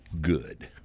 good